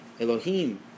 Elohim